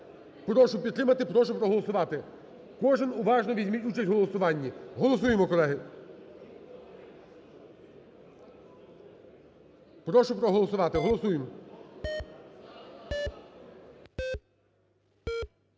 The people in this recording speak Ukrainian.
Прошу підтримати, прошу проголосувати. Кожен уважно візьміть участь у голосуванні. Голосуймо, колеги! Прошу проголосувати! Голосуємо!